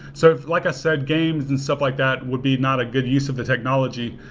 so like i said, games and stuff like that would be not a good use of the technology.